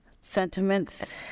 sentiments